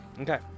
Okay